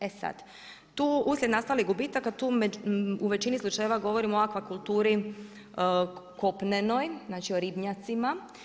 E sada, tu uslijed nastalih gubitaka, tu u većini slučajeva govorimo o akvakulturi kopnenoj, znači o ribnjacima.